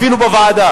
אפילו בוועדה